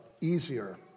easier